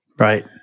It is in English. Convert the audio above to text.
Right